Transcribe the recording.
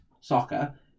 soccer